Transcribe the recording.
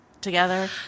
together